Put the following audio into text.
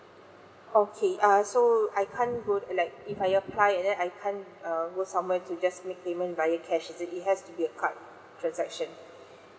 okay err so I can't go like if I apply and then I can't err go somewhere to just make payment via cash is it it has to be a card transaction